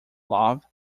love